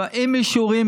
עם אישורים,